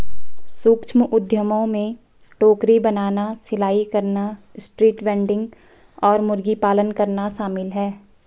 सूक्ष्म उद्यमों में टोकरी बनाना, सिलाई करना, स्ट्रीट वेंडिंग और मुर्गी पालन करना शामिल है